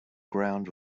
ground